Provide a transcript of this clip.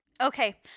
Okay